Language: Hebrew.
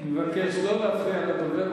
אני מבקש לא להפריע לדובר,